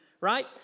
Right